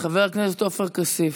חבר הכנסת עופר כסיף,